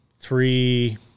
three